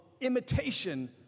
imitation